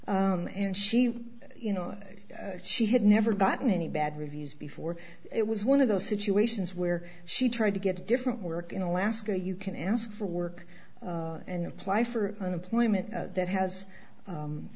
reviews and she you know she had never gotten any bad reviews before it was one of those situations where she tried to get a different work in alaska you can ask for work and apply for unemployment that has